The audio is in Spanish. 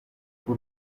por